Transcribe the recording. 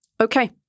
Okay